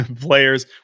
players